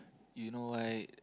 you know why